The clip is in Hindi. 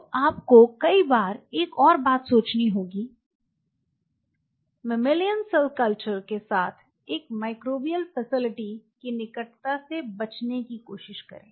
तो आपको कई बार और एक और बात सोचनी होगी ममेलियन सेल कल्चर के साथ एक माइक्रोबियल फैसिलिटी की निकटता से बचने की कोशिश करें